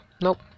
Nope